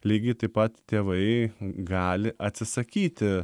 lygiai taip pat tėvai gali atsisakyti